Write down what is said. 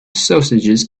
sausages